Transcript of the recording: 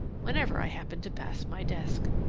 whenever i happened to pass my desk.